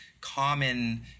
common